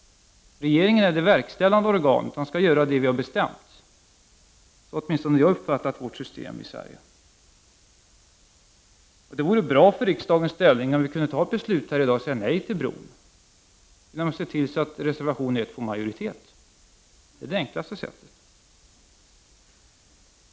Regeringen är det verkställande organet, som skall göra det vi bestämt. Åtminstone har jag uppfattat vårt politiska system i Sverige så. Det vore bra för riksdagens ställning om vi kunde fatta ett beslut och säga nej till bron. Det kan vi göra genom att se till att reservation 1 får majoritet. Det är det enklaste sättet.